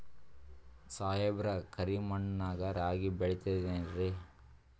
ಸಾಹೇಬ್ರ, ಕರಿ ಮಣ್ ನಾಗ ರಾಗಿ ಬೆಳಿತದೇನ್ರಿ?